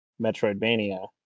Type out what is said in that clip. Metroidvania